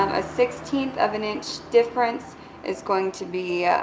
um a sixteenth of an inch difference is going to be